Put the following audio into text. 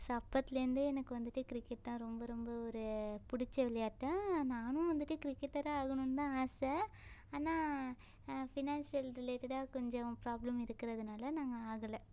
so அப்பத்துலேருந்தே எனக்கு வந்துட்டு கிரிக்கெட் தான் ரொம்ப ரொம்ப ஒரு பிடிச்ச விளையாட்டு நானும் வந்துட்டு கிரிக்கெட்டராக ஆகணும்னு தான் ஆசை ஆனால் ஃபினான்சியல் ரிலேட்டடாக கொஞ்சம் ப்ராப்லம் இருக்கிறதுனால நான் ஆகலை